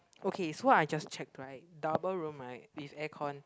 okay so I just checked right double room right with air con